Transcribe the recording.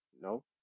no